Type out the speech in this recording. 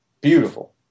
Beautiful